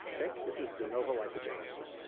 this is denovo lipogenesis.